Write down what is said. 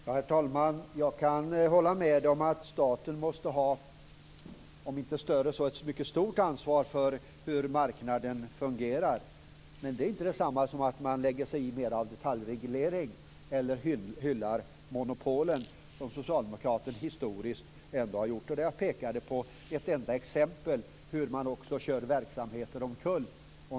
Herr talman! Jag kan hålla med om att staten måste ha om inte ett större så ett mycket stort ansvar för hur marknaden fungerar. Men det är inte detsamma som att man lägger sig i mer av detaljreglering eller hyllar monopolen, som Socialdemokraterna historiskt ändå har gjort. Jag pekade på ett enda exempel som visar hur man kör omkull verksamheter.